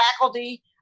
faculty